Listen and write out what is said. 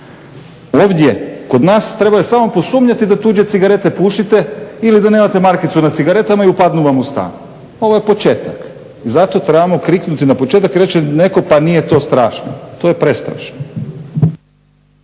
Ovdje kod nas trebaju samo posumnjati da tuđe cigarete pušite ili da nemate markicu na cigaretama i upadnu vam u stan. Ovo je početak. Zato trebamo kriknuti na početak i reći će netko pa nije to strašno. To je prestrašno!